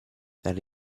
that